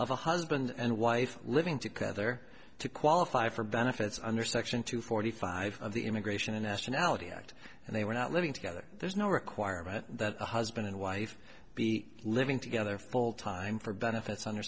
of a husband and wife living together to qualify for benefits under section two forty five of the immigration and nationality act and they were not living together there is no requirement that the husband and wife be living together full time for benefits under